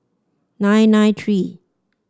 nine nine three